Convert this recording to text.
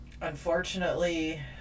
Unfortunately